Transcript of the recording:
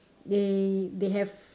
they they have